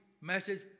message